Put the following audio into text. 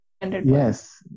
Yes